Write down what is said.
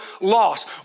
loss